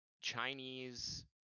Chinese